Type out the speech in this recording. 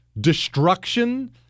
destruction